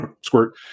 squirt